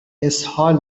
اسهال